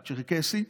הצ'רקסי,